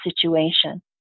situation